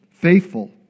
faithful